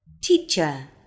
teacher